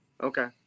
Okay